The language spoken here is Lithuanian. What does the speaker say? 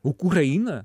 o kur eina